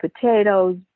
potatoes